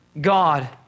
God